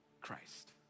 Christ